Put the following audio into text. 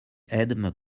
edme